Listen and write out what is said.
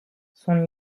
son